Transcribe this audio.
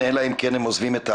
אלא אם כן הם עוזבים את הארץ,